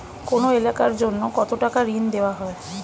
কোন এলাকার জন্য কত টাকা ঋণ দেয়া হয়?